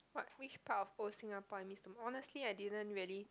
what which part of old Singapore I miss the most obviously I didn't really